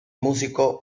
músico